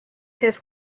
his